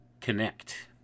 connect